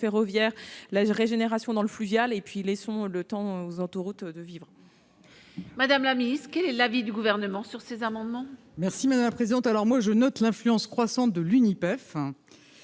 ferroviaire, la régénération dans le fluvial et puis laissons le temps aux autoroutes de vivre. Madame la minuscule est l'avis du Gouvernement sur ces amendements. Merci madame la présidente, alors moi je note l'influence croissante de l'Uni